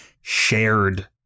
shared